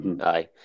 Aye